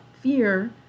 fear